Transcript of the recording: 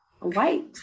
white